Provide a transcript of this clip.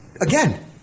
again